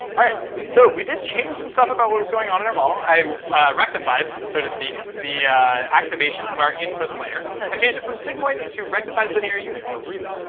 all right. so we did change some stuff about what was going on in our model. i rectified, so to speak, the activation of our input layer. i changed it from sigmoid to rectified linear unit or relu.